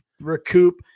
recoup